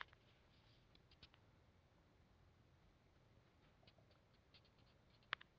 ಕರಿ ಚಹಾ, ಹಸಿರ ಚಹಾ, ಊಲಾಂಗ್ ಚಹಾ, ಬಿಳಿ ಚಹಾ, ಹಳದಿ ಚಹಾ, ಕಾಡೆ ಚಹಾ ಅಂತೇಳಿ ಬ್ಯಾರ್ಬ್ಯಾರೇ ವಿಧ ಅದಾವ